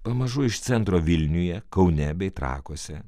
pamažu iš centro vilniuje kaune bei trakuose